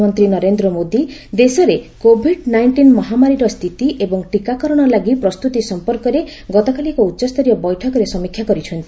ପ୍ରଧାନମନ୍ତ୍ରୀ ନରେନ୍ଦ୍ର ମୋଦୀ ଦେଶରେ Covid nineteen ମହାମାରୀର ସ୍ଥିତି ଏବଂ ଟିକାକରଣ ଲାଗି ପ୍ରସ୍ତୁତି ସମ୍ପର୍କରେ ଗତକାଲି ଏକ ଉଚ୍ଚସ୍ତରୀୟ ବୈଠକରେ ସମୀକ୍ଷା କରିଛନ୍ତି